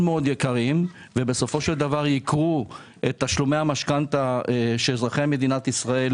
מאוד יקרים ובסופו של דבר ייקרו את תשלומי המשכנתא שאזרחי מדינת ישראל